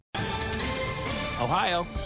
Ohio